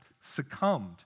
succumbed